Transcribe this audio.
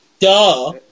Duh